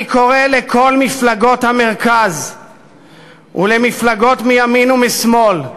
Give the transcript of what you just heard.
אני קורא לכל מפלגות המרכז ולמפלגות מימין ומשמאל: